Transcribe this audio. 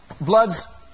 blood's